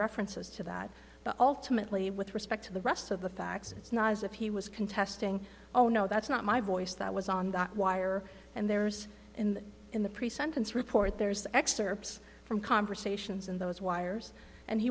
references to that but ultimately with respect to the rest of the facts it's not as if he was contesting oh no that's not my voice that was on the wire and there's in the in the pre sentence report there's excerpts from conversations in those wires and he